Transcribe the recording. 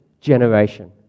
generation